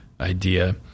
idea